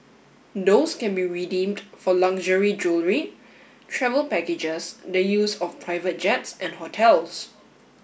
those can be redeemed for luxury jewellery travel packages the use of private jets and hotels